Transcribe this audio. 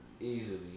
Easily